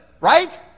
right